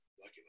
lucky